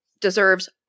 deserves